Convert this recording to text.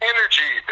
Energy